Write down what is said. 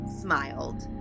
smiled